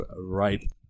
right